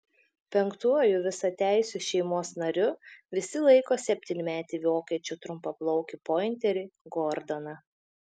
penktuoju visateisiu šeimos nariu visi laiko septynmetį vokiečių trumpaplaukį pointerį gordoną